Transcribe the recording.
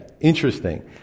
Interesting